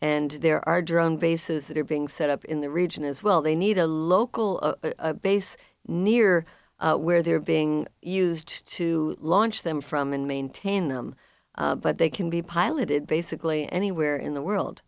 and there are drone bases that are being set up in the region as well they need a local base near where they're being used to launch them from and maintain them but they can be piloted basically anywhere in the world